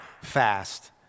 fast